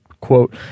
quote